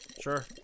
sure